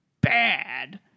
bad